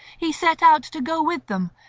he set out to go with them,